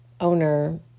owner